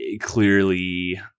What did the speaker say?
clearly